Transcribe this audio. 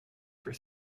for